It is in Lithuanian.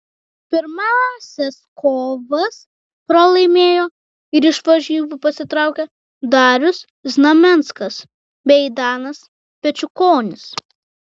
pirmąsias kovas pralaimėjo ir iš varžybų pasitraukė darius znamenskas bei danas pečiukonis